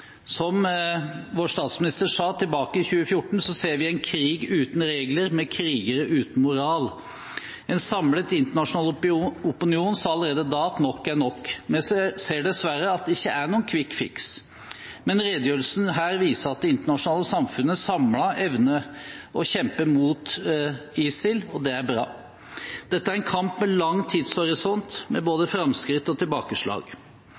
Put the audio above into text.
Som vår statsminister sa i 2014, så ser vi en krig uten regler, med krigere uten moral. En samlet internasjonal opinion sa allerede da at nok er nok. Vi ser dessverre at det ikke er noen «quick fix», men redegjørelsen her viser at det internasjonale samfunnet samlet evner å kjempe mot ISIL, og det er bra. Dette er en kamp med lang tidshorisont, med både fremskritt og tilbakeslag.